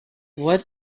what